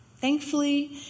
Thankfully